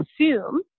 assume